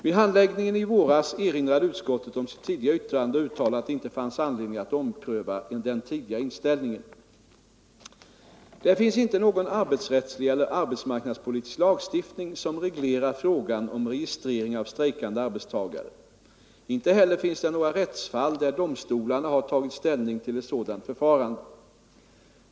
Vid handläggningen i våras erinrade utskottet om sitt tidigare yttrande och uttalade att det inte fanns anledning att ompröva den tidigare inställningen. Det finns inte någon arbetsrättslig eller arbetsmarknadspolitisk lagstiftning som reglerar frågan om registrering av strejkande arbetstagare. Inte heller finns det några rättsfall, där domstolarna har tagit ställning till ett sådant förfarande.